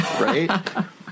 right